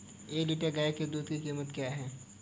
एक लीटर गाय के दूध की कीमत क्या है?